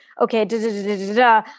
okay